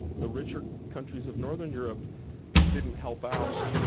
the richer countries of northern europe didn't help out,